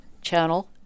channel